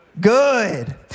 Good